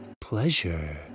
pleasure